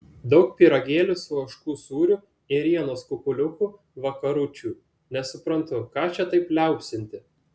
daug pyragėlių su ožkų sūriu ėrienos kukuliukų vakaručių nesuprantu ką čia taip liaupsinti